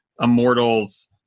Immortals